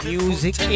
music